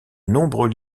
nombreux